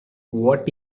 what